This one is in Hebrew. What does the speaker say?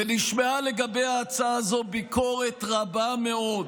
ונשמעה על ההצעה הזו ביקורת רבה מאוד,